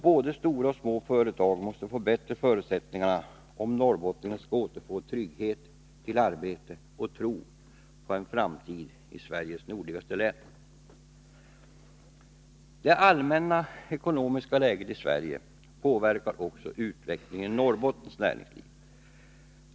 Både stora och små företag måste få bättre förutsättningar, om norrbottningarna skall få trygghet till arbete och tro på en framtid i Sveriges nordligaste län. Det allmänna ekonomiska läget i Sverige påverkar också utvecklingen av Norrbottens näringsliv.